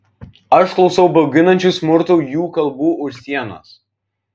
aš klausau bauginančių smurtu jų kalbų už sienos